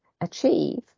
achieve